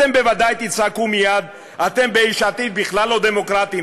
אתם בוודאי תצעקו מייד: אתם ביש עתיד בכלל לא דמוקרטיים,